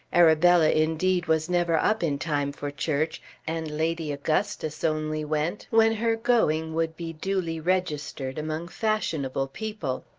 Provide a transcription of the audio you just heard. arabella indeed was never up in time for church and lady augustus only went when her going would be duly registered among fashionable people.